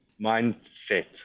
mindset